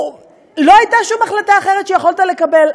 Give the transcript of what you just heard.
לא הייתה שום החלטה אחרת שיכולת לקבל,